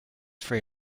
three